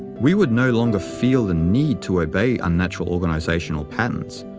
we would no longer feel the need to obey unnatural organizational patterns,